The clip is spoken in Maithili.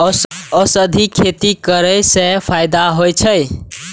औषधि खेती करे स फायदा होय अछि?